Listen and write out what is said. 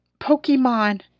Pokemon